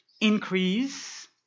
increase